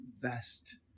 vast